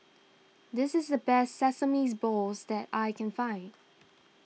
this is the best Sesames Balls that I can find